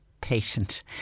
patient